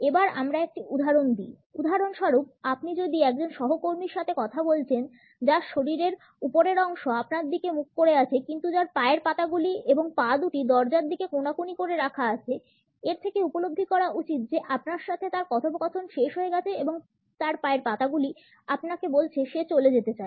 এবার আমি একটি উদাহরণ দিই উদাহরণস্বরূপ আপনি যদি একজন সহকর্মীর সাথে কথা বলছেন যার শরীরের উপরের অংশ আপনার দিকে মুখ করে আছে কিন্তু যার পায়ের পাতাগুলি এবং পা দুটি দরজার দিকে কোনাকুনি করে রাখা আছে এর থেকে উপলব্ধি করা উচিত যে আপনার সাথে তার কথোপকথন শেষ হয়ে গেছে এবং তার পায়ের পাতাগুলি আপনাকে বলছে সে চলে যেতে চায়